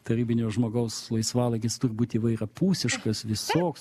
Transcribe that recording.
tarybinio žmogaus laisvalaikis turi būt įvairiapusiškas visoks